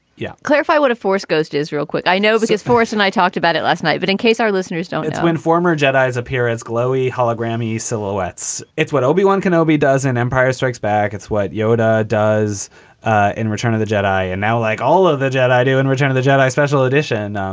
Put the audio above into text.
yeah clarify what a force ghost is real quick. i know, but gets forced and i talked about it last night but in case our listeners don't, it's when former jedi is appear as glowy hologram ese silhouettes. it's what obi-wan kenobi does in empire strikes back. it's what yoda does ah in return of the jedi. and now, like all of the jedi, i do in return of the jedi special edition. um